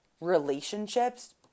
relationships